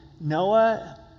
Noah